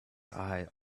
eye